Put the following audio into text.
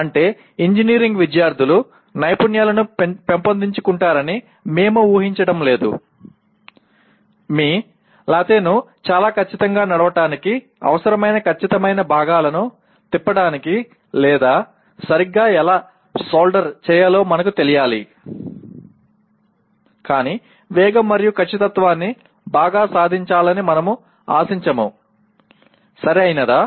అంటే ఇంజనీరింగ్ విద్యార్థులు నైపుణ్యాలను పెంపొందించుకుంటారని మేము ఊహించటం లేదు మీ లెత్ను చాలా ఖచ్చితంగా నడపడానికి అవసరమైన ఖచ్చితమైన భాగాలను తిప్పడానికి లేదా సరిగ్గా ఎలా సోల్డర్ చేయాలో మనకు తెలియాలి కానీ వేగం మరియు ఖచ్చితత్వాన్ని బాగా సాధించాలని మనము ఆశించము సరియైనదా